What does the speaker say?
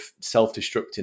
self-destructing